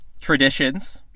Traditions